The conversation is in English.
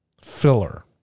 filler